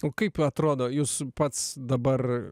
o kaip atrodo jūs pats dabar